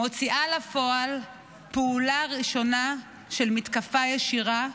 מוציאה לפועל פעולה ראשונה של מתקפה ישירה,